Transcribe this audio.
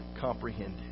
comprehend